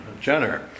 Jenner